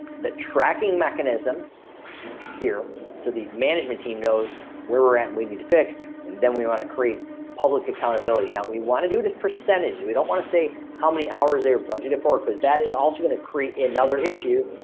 the tracking mechanism here so the management team knows where we're at and we need to fix and then we wanna create public accountability. now we wanna do this percentage. we don't wanna say how many hours they're budgeted for but that is also gonna create another issue,